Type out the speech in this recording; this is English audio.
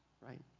right